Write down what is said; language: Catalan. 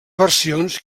versions